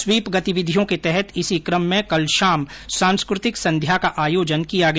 SVEEP गतिविधियों के तहत इसी क्रम में कल शाम सांस्कृतिक संध्या का आयोजन किया गया